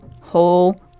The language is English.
whole